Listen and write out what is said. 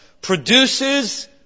produces